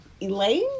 elaine